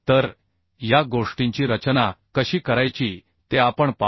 तर या गोष्टींची रचना कशी करायची ते आपण पाहू